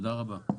תודה רבה.